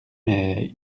mais